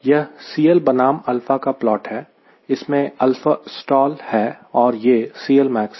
यह CL बनाम का प्लॉट है इसमें 𝛼stall है और यह CLmax है